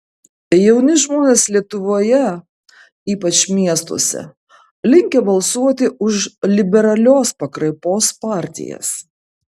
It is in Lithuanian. jauni žmonės lietuvoje ypač miestuose linkę balsuoti už liberalios pakraipos partijas